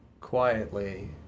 quietly